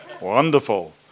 wonderful